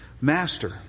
Master